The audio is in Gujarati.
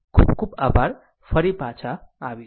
ખૂબ ખૂબ આભાર ફરી પાછા આવીશું